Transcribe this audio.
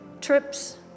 trips